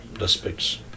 respects